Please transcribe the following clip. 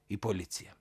į policiją